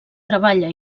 treballa